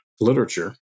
literature